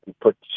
Put